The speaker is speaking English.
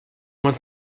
was